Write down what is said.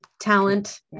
talent